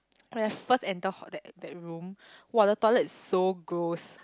when I first enter hall that that room !wah! the toilet is so gross